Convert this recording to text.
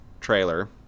trailer